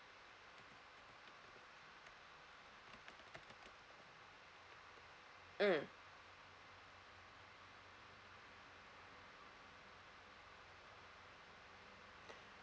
mm